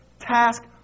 task